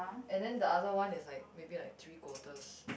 and then the other one is like maybe like three quarters